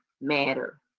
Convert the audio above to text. matter